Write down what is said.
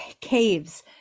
caves